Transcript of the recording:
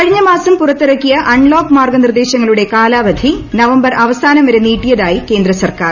കഴിഞ്ഞ മാസം പുറത്തിറക്കിയ അൺലോക്ക് ന് മാർഗനിർദേശങ്ങളുടെ കാലാവധി നവംബർ അവസാനം വരെ നീട്ടിയതായി കേന്ദ്രസർക്കാർ